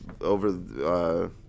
over